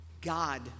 God